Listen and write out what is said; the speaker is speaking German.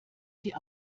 sie